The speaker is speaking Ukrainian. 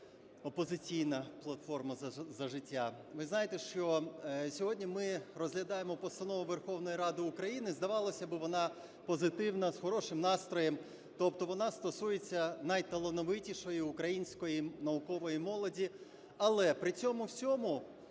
"Опозиційна платформа – За життя". Ви знаєте, що сьогодні ми розглядаємо постанову Верховної Ради України, здавалося би, вона позитивна, з хорошим настроєм, тобто вона стосується найталановитішої української наукової молоді. Але при цьому всьому